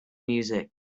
music